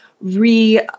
re